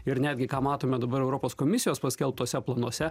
ir netgi ką matome dabar europos komisijos paskelbtose planuose